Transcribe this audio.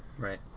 Right